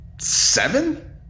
Seven